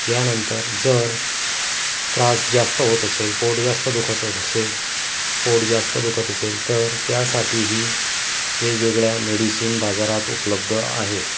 यानंतर जर त्रास जास्त होत असेल पोट जास्त दुखत असेल पोट जास्त दुखत असेल तर त्यासाठीही वेगवेगळ्या मेडिसिन बाजारात उपलब्ध आहेत